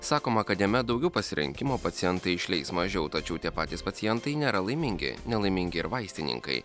sakoma kad jame daugiau pasirinkimo pacientai išleis mažiau tačiau tie patys pacientai nėra laimingi nelaimingi ir vaistininkai